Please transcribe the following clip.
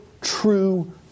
true